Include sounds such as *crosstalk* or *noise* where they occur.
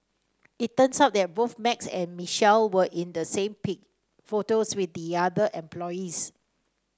it turns out that both Max and Michelle were in the *unintelligible* photos with the other employees